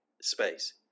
space